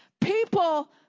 people